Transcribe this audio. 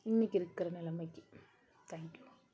இன்னைக்கு இருக்கிற நிலமைக்கு தேங்க்யூ